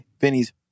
Vinny's